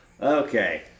Okay